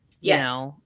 Yes